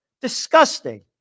Disgusting